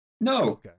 No